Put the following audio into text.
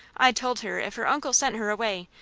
i told her if her uncle sent her away,